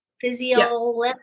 Physio